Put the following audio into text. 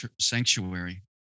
sanctuary